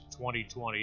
2020